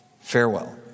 Farewell